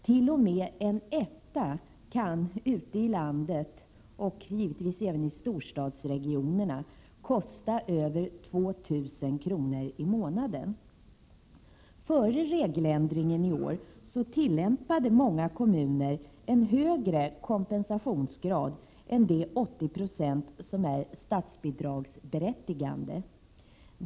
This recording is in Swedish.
T.o.m. en etta kan ute i landet — och givetvis i storstadsregionerna — kosta över 2 000 kr. i månaden. Före regeländringen i år tillämpade många kommuner en högre kompensationsgrad än de 80 26 som är statsbidragsberättigande.